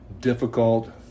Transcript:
difficult